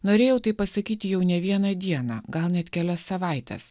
norėjau tai pasakyti jau ne vieną dieną gal net kelias savaites